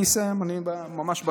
אני אסיים, אני ממש בסוף.